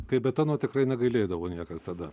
kai betono tikrai negailėdavo niekas tada